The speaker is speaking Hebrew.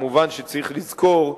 מובן שצריך לזכור,